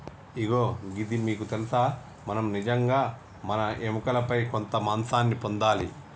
ఇగో గిది మీకు తెలుసా మనం నిజంగా మన ఎముకలపై కొంత మాంసాన్ని పొందాలి